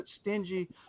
stingy